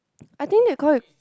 I think they call it